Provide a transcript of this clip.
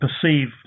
perceive